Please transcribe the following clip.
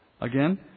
Again